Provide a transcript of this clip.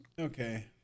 Okay